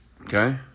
Okay